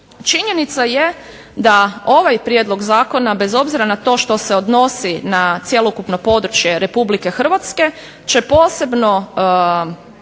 Činjenica je da ovaj prijedlog zakona bez obzira na to što se odnosi na cjelokupno područje Republike Hrvatske će posebno